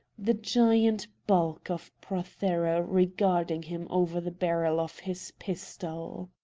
the giant bulk of prothero regarding him over the barrel of his pistol.